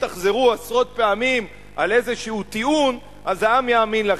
תחזרו עשרות פעמים על איזה טיעון אז העם יאמין לכם.